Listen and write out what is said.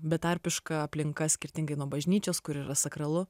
betarpiška aplinka skirtingai nuo bažnyčios kur yra sakralu